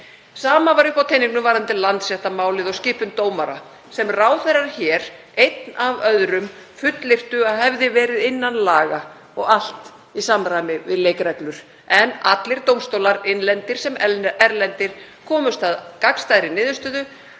Sama var uppi á teningnum varðandi Landsréttarmálið og skipun dómara sem ráðherrar hér, einn af öðrum, fullyrtu að hefði verið innan laga og allt í samræmi við leikreglur en allir dómstólar, innlendir sem erlendir, komust að gagnstæðri niðurstöðu